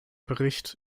bericht